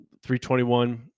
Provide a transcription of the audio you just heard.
321